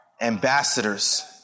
ambassadors